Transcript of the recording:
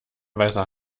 weißer